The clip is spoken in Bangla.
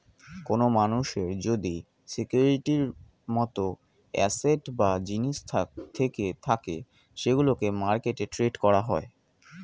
কোন মানুষের যদি সিকিউরিটির মত অ্যাসেট বা জিনিস থেকে থাকে সেগুলোকে মার্কেটে ট্রেড করা হয়